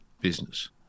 business